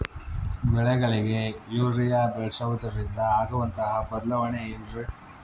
ಬೆಳೆಗಳಿಗೆ ಯೂರಿಯಾ ಬಳಸುವುದರಿಂದ ಆಗುವಂತಹ ಬದಲಾವಣೆ ಏನ್ರಿ?